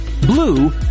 blue